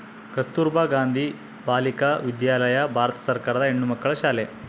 ಕಸ್ತುರ್ಭ ಗಾಂಧಿ ಬಾಲಿಕ ವಿದ್ಯಾಲಯ ಭಾರತ ಸರ್ಕಾರದ ಹೆಣ್ಣುಮಕ್ಕಳ ಶಾಲೆ